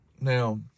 Now